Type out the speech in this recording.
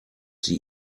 sie